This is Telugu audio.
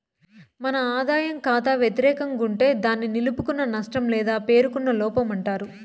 మన ఆదాయ కాతా వెతిరేకం గుంటే దాన్ని నిలుపుకున్న నష్టం లేదా పేరుకున్న లోపమంటారు